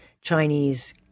Chinese